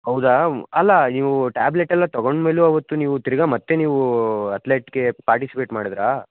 ಹೌದಾ ಅಲ್ಲಾ ನೀವು ಟ್ಯಾಬ್ಲೆಟೆಲ್ಲ ತಗೊಂಡ ಮೇಲೂ ಅವತ್ತು ನೀವು ತಿರ್ಗ ಮತ್ತೆ ನೀವು ಅತ್ಲೆಟ್ಗೆ ಪಾರ್ಟಿಸಿಪೇಟ್ ಮಾಡಿದ್ರಾ